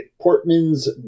portman's